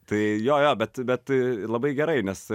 tai jo jo bet bet labai gerai nes